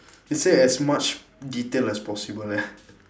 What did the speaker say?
it say as much detail as possible leh